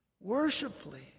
worshipfully